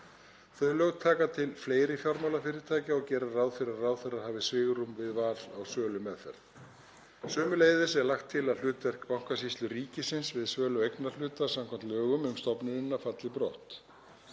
Þau lög taka til fleiri fjármálafyrirtækja og gera ráð fyrir að ráðherra hafi svigrúm við val á sölumeðferð. Sömuleiðis er lagt til að hlutverk Bankasýslu ríkisins við sölu eignarhluta, samkvæmt lögum um stofnunina, falli brott.